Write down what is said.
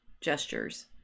gestures